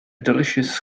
delicious